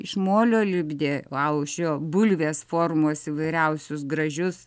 iš molio lipdė aušio bulvės formos įvairiausius gražius